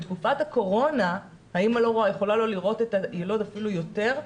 בתקופת הקורונה האימא יכולה לא לראות את הילוד אפילו יותר,